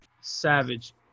Savage